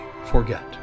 forget